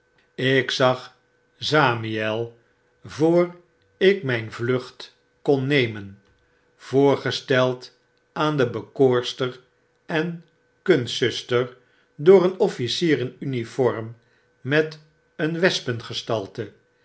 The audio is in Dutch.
ik zag zamiel voor ik mftn vlucht kon nemen voorgesteld aan de bekoorster en kunstzuster door een officier in uniform met een